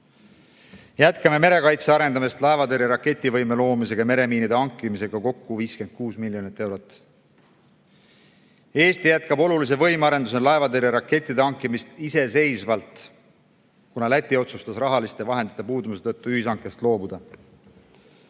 Jätkame merekaitse arendamist laevatõrje raketivõime loomisega ja meremiinide hankimisega, kokku 56 miljonit eurot. Eesti jätkab olulise võimearendusena laevatõrjerakettide hankimist iseseisvalt, kuna Läti otsustas raha puudumise tõttu ühishankest loobuda.